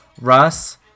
Russ